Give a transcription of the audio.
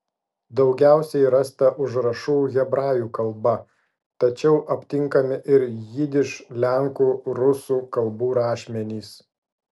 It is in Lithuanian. daugiausiai rasta užrašų hebrajų kalba tačiau aptinkami ir jidiš lenkų rusų kalbų rašmenys